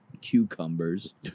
cucumbers